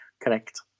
Correct